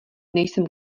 nejsem